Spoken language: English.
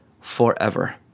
forever